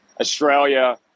australia